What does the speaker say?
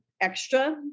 extra